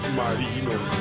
marinos